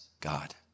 God